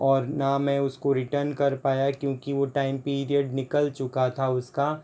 और न में उसको रिटर्न कर पाया क्योंकि वो टाइम पीरीअड निकल चुका था उसका